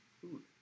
food